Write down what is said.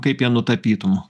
kaip ją nutapytum